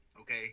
okay